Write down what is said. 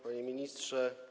Panie Ministrze!